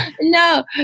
No